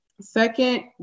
Second